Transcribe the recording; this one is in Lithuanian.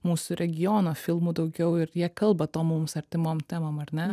mūsų regiono filmų daugiau ir jie kalba to mums artimom temom ar ne